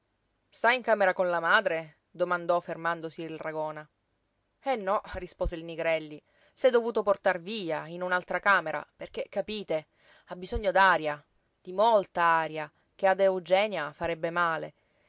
sta in camera con la madre domandò fermandosi il ragona eh no rispose il nigrelli s'è dovuto portar via in un'altra camera perché capite ha bisogno d'aria di molta aria che ad eugenia farebbe male